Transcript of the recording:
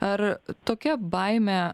ar tokia baimė